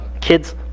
Kids